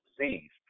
disease